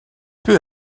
peu